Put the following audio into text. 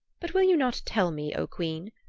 but will you not tell me, o queen,